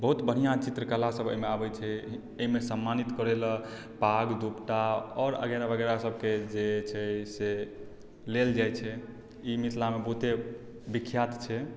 बहुत बढ़िआँ चित्रकलासभ एहिमे आबैत छै एहिमे सम्मानित करय लेल पाग दोपटा आओर अगैरह वगैरह सभकेँ जे छै से लेल जाइत छै ई मिथिलामे बहुते विख्यात छै